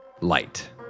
light